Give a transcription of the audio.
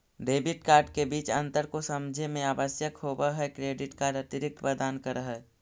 Debit card के बीच अंतर को समझे मे आवश्यक होव है क्रेडिट कार्ड अतिरिक्त प्रदान कर है?